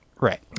right